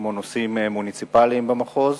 כמו נושאים מוניציפליים במחוז,